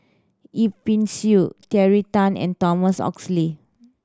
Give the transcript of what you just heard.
Yip Pin Xiu Terry Tan and Thomas Oxley